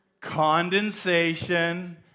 Condensation